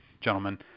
gentlemen